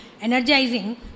energizing